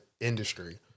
industry